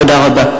תודה רבה.